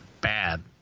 bad